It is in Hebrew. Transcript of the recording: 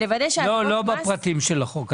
לא בפרטים של החוק.